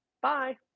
Bye